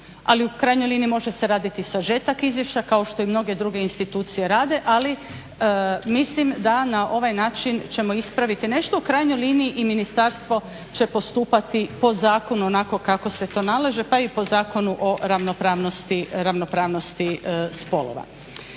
ali u krajnjoj liniji može se raditi sažetak izvješća kao što i mnoge druge institucije rade, ali mislim da na ovaj način ćemo ispraviti nešto. U krajnjoj liniji i ministarstvo će postupati po zakonu onako kako se to nalaže, pa i po Zakonu o ravnopravnosti spolova.